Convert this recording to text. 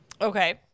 Okay